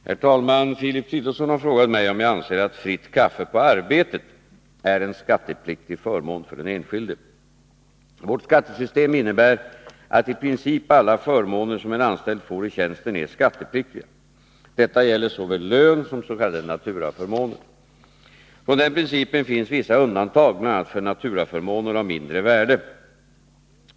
Herr talman! Filip Fridolfsson har frågat mig om jag anser att fritt kaffe på arbetet är en skattepliktig förmån för den enskilde. Vårt skattesystem innebär att i princip alla förmåner som en anställd får i tjänsten är skattepliktiga. Detta gäller såväl lön som s.k. naturaförmåner. Från denna princip finns vissa undantag, bl.a. för naturaförmåner av mindre värde.